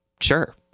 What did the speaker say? sure